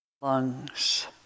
Lungs